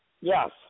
Yes